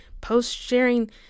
post-sharing